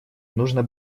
нужно